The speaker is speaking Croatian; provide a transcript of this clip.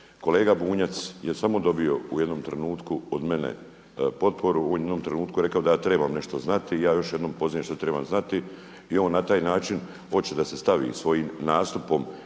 Kolega Bunjac je samo dobio u jednom trenutku od mene potporu, u jednom trenutku je rekao da ja trebam nešto znati i ja još … što trebam znati i on na taj način hoće da se stavi svojim nastupom